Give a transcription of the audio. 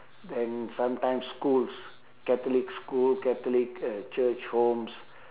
then sometime schools catholic schools catholic uh church homes